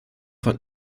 von